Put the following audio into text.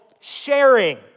sharing